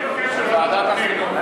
אני מבקש לוועדת הפנים.